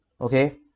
Okay